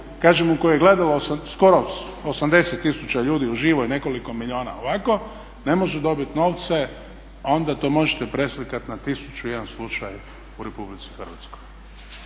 kažem koju je gledalo skoro 80 tisuća ljudi uživo i nekoliko milijuna ovako ne može dobiti novce onda to možete preslikati na 1001 slučaj u RH.